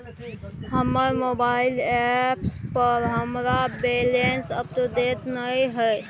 हमर mobile app पर हमरा बैलेंस अपडेट नय हय